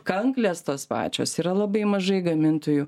kanklės tos pačios yra labai mažai gamintojų